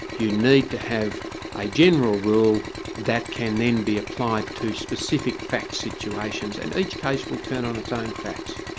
you need to have a general rule that can then be applied to specific fact situations, and each case will turn on its own facts.